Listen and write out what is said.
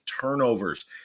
turnovers